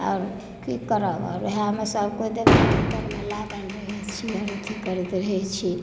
आब की करब वएह मे सभ गोटे लागल रहै छियनि अथी करैत रहै छी